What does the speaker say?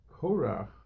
Korach